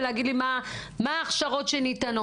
ולהגיד לי מה ההכשרות שניתנות.